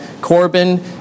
Corbin